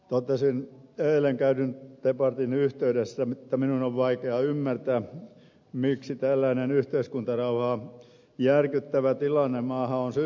totesin eilen käydyn debatin yhteydessä että minun on vaikea ymmärtää miksi tällainen yhteiskuntarauhaa järkyttävä tilanne maahan on synnytetty